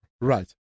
Right